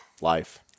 Life